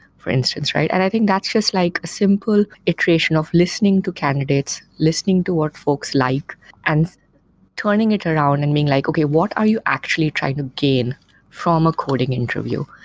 for instance, right? i think that's just like a simple iteration of listening to candidates, listening to what folks like and turning it around and being like, okay, what are you actually trying to gain from a coding interview?